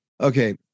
Okay